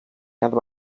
cada